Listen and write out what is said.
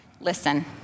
listen